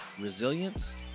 resilience